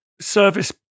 service